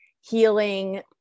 healing